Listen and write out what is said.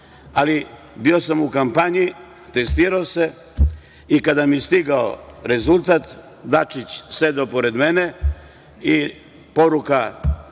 ali bio sam u kampanji, testirao se i kada mi je stigao rezultat, Dačić sedeo pored mene i poruka